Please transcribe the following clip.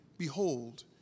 Behold